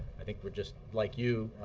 i think we're just, like you,